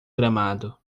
gramado